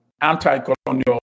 anti-colonial